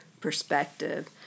perspective